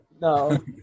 No